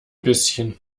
bisschen